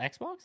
Xbox